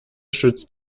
schützt